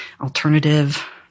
alternative